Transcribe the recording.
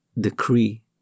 decree